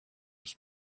was